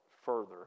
further